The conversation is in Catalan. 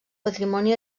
patrimoni